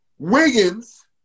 Wiggins